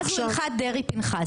מה זה הלכת דרעי-פנחסי?